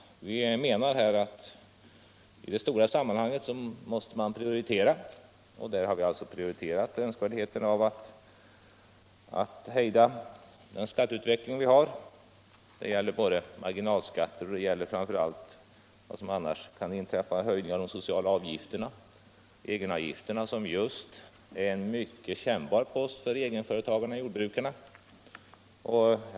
Vi menar att man i de stora sammanhangen måste prioritera, och vi har alltså prioriterat önskvärdheten av att hejda den nuvarande skatteutvecklingen. Detta gäller både marginalskatter och, framför allt, eventuella höjningar av de sociala egenavgifterna, som är en mycket kännbar post för egenföretagare som jordbrukarna.